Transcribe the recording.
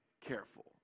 careful